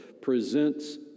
presents